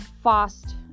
fast